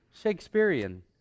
Shakespearean